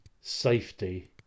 safety